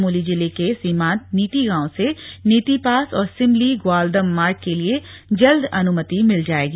चमोली जिले के सीमांत नीति गांव से नीति पास और सिमली ग्वालदम मार्ग के लिए जल्द अनुमति मिल जाएगी